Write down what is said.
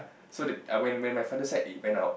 so the I when when my father side it went up